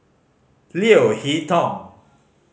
Leo Hee Tong